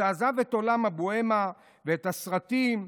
שעזב את עולם הבוהמה ואת הסרטים,